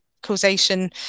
causation